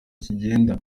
kigenda